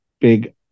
big